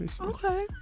Okay